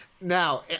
Now